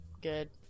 good